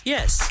Yes